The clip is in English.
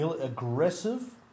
aggressive